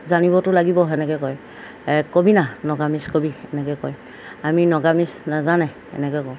জানিবতো লাগিব সেনেকৈ কয় কবি না নাগামিজ কবি এনেকৈ কয় আমি নাগামিজ নাজানে এনেকৈ কওঁ